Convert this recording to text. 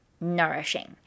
nourishing